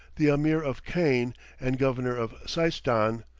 the ameer of kain and governor of seistan,